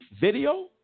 video